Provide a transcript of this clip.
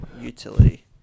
utility